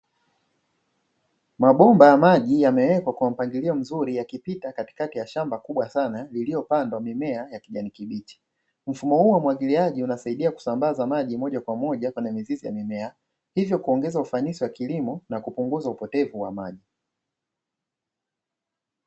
Mabomba ya maji yamewekwa kwa mpangilio mzuri yakipita katikati ya shamba kubwa sana iliyopandwa mimea ya kijani kibichi. Mfumo huu wa umwagiliaji unasaidia kusambaza maji moja kwa moja kwenye mizizi ya mimea hivyo kuongeza ufanisi wa kilimo na kupunguza upotevu wa maji.